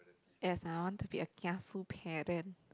yes I want to be a kiasu parent